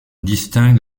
distingue